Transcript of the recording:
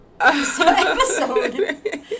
episode